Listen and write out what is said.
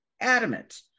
adamant